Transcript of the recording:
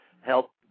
help